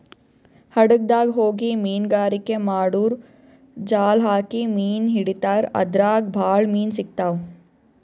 ಹಡಗ್ದಾಗ್ ಹೋಗಿ ಮೀನ್ಗಾರಿಕೆ ಮಾಡೂರು ಜಾಲ್ ಹಾಕಿ ಮೀನ್ ಹಿಡಿತಾರ್ ಅದ್ರಾಗ್ ಭಾಳ್ ಮೀನ್ ಸಿಗ್ತಾವ್